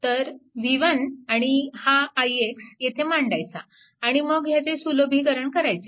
तर v1 आणि हा ix येथे मांडायचा आणि मग ह्याचे सुलभीकरण करायचे